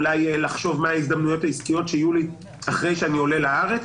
אולי לחשוב מה ההזדמנויות העסקיות שיהיו לי אחרי שאני עולה לארץ.